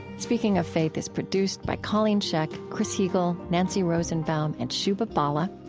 speaking of faith is produced by colleen scheck, chris heagle, nancy rosenbaum, and shubha bala.